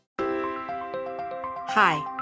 Hi